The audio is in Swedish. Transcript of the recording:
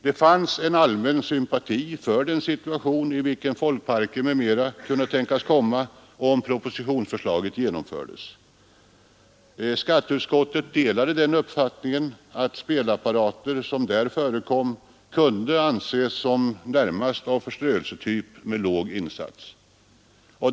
Det fanns en allmän sympati för den situation, i vilken folkparkerna m.fl. kunde tänkas komma, om propositionsförslaget genomfördes. Skatteutskottet delade den uppfattningen att de spelautomater som där förekom kunde anses såsom närmast av förströelsetyp med låg insats.